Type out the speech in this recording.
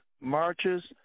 marches